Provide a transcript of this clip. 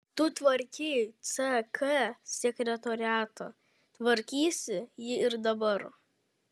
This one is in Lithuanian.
tu tvarkei ck sekretoriatą tvarkysi jį ir dabar